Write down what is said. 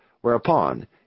whereupon